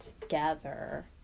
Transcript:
together